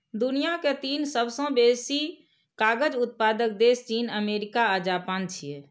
दुनिया के तीन सबसं बेसी कागज उत्पादक देश चीन, अमेरिका आ जापान छियै